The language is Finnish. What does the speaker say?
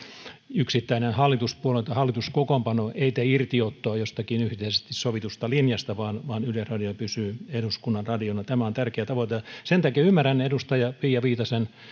yksittäinen hallituskokoonpano ei tee irtiottoa jostakin yhteisesti sovitusta linjasta vaan vaan yleisradio pysyy eduskunnan radiona tämä on tärkeä tavoite sen takia ymmärrän edustaja pia viitasen